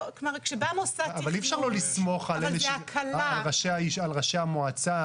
אבל אי אפשר לא לסמוך על ראשי המועצה,